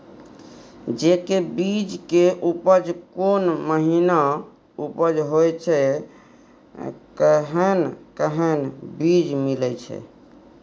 जेय के बीज के उपज कोन महीना उपज होय छै कैहन कैहन बीज मिलय छै?